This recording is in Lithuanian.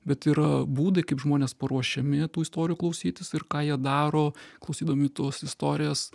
bet yra būdai kaip žmonės paruošiami tų istorijų klausytis ir ką jie daro klausydami tos istorijos